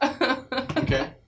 Okay